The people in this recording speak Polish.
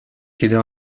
kiedy